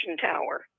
tower